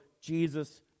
Jesus